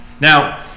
now